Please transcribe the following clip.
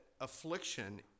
affliction